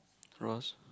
Ross